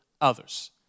others